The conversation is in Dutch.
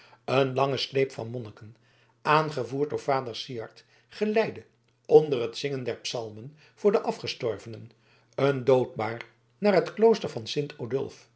een lange sleep van monniken aangevoerd door vader syard geleidde onder het zingen der psalmen voor de afgestorvenen een doodbaar naar het klooster van